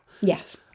yes